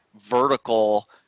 vertical